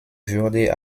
würde